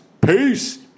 Peace